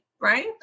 right